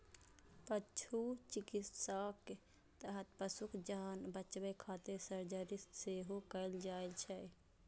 पशु चिकित्साक तहत पशुक जान बचाबै खातिर सर्जरी सेहो कैल जाइ छै